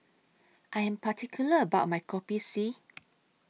I Am particular about My Kopi C